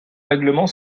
règlement